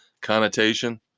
connotation